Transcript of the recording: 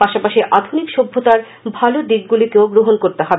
পাশাপশি আধুনিক সভ্যতার ভাল দিকগুলিকেও গ্রহণ করতে হবে